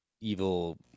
evil